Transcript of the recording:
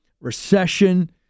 recession